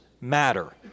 matter